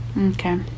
Okay